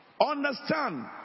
Understand